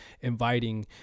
inviting